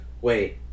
wait